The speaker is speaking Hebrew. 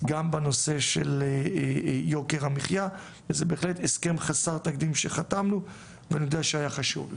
גם בנושא של יוקר המחייה וזה בהחלט הסכם חסר תקדים שחתמנו והיה חשוב לך.